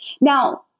Now